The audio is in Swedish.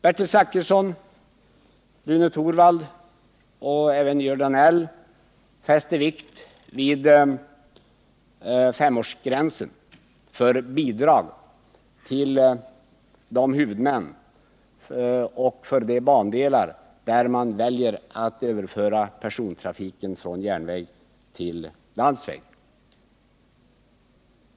Bertil Zachrisson, Rune Torwald och Georg Danell fäste vikt vid femårsgränsen för bidrag till de huvudmän och för de bandelar där man väljer att överföra persontrafiken från järnväg till landsväg.